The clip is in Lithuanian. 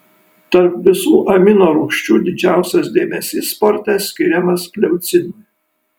tarp visų amino rūgščių didžiausias dėmesys sporte skiriamas leucinui